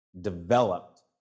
developed